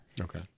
Okay